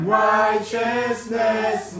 righteousness